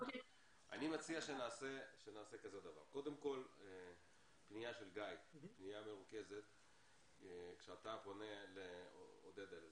מציע שקודם כל תהיה פנייה מרוכזת של גיא כשאתה פונה לעודדה פרץ,